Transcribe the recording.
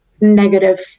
negative